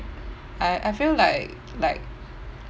I I feel like like